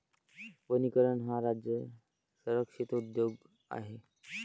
वनीकरण हा राज्य संरक्षित उद्योग आहे